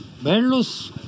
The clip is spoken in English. verlos